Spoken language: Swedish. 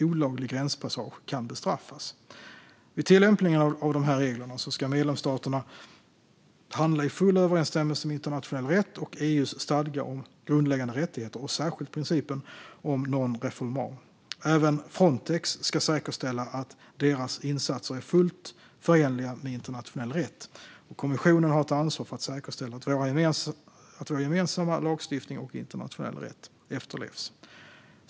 Olaglig gränspassage kan bestraffas. Vid tillämpningen av dessa regler ska medlemsstaterna handla i full överensstämmelse med internationell rätt, med EU:s stadga om grundläggande rättigheter och särskilt med principen om non-refoulement. Även Frontex ska säkerställa att deras insatser är fullt förenliga med internationell rätt. Kommissionen har ett ansvar för att säkerställa att vår gemensamma lagstiftning och internationell rätt efterlevs.